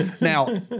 Now